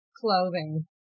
clothing